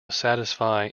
satisfy